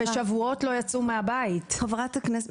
והם לא יצאו מהבית שבועות.